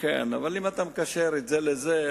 אם אתה מקשר את זה לזה,